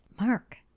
Mark